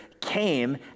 came